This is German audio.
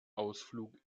ausflug